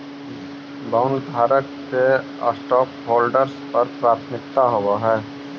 बॉन्डधारक के स्टॉकहोल्डर्स पर प्राथमिकता होवऽ हई